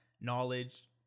knowledge